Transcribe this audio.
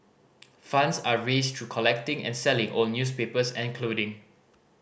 funds are raised through collecting and selling old newspapers and clothing